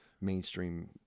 mainstream